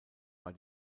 war